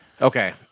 Okay